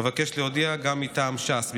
אבקש להודיע שגם מטעם ש"ס,